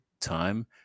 Time